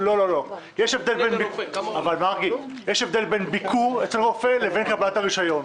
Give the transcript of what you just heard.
יש הבדל בין ביקור אצל רופא לבין קבלת רישיון.